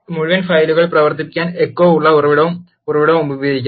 മുഴുവൻ ഫയലും പ്രവർത്തിപ്പിക്കാൻ എക്കോ ഉള്ള ഉറവിടവും ഉറവിടവും ഉപയോഗിക്കാം